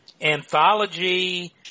anthology